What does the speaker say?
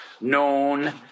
known